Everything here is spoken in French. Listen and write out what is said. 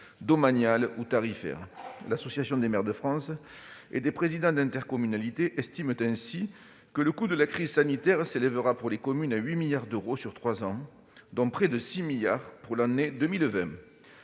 domaniales ou tarifaires. L'Association des maires de France et des présidents d'intercommunalité estime ainsi que le coût de la crise sanitaire s'élèvera pour les communes à 8 milliards d'euros sur trois ans, dont près de 6 milliards pour l'année 2020.